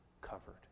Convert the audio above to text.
covered